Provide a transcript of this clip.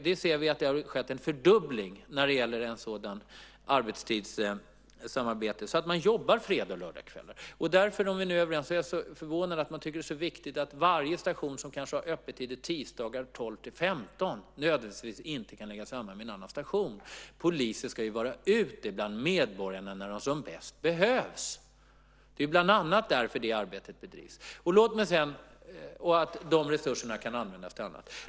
Vi ser att det har skett en fördubbling när det gäller sådan arbetstid så att man jobbar fredags och lördagskvällar. Jag är förvånad över att man tycker att det är så viktigt att varje station, också de som kanske har öppettid tisdagar kl. 12-15, nödvändigtvis inte kan läggas samman med en annan station. Polisen ska ju vara ute bland medborgarna när de som bäst behövs. Det är bland annat därför som det här arbetet bedrivs, så att resurser kan användas till annat.